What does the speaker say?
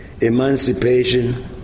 emancipation